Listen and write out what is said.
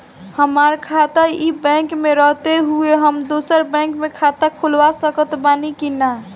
हमार खाता ई बैंक मे रहते हुये हम दोसर बैंक मे खाता खुलवा सकत बानी की ना?